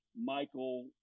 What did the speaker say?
Michael